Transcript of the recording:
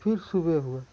फिर सुबह हुआ